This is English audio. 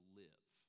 live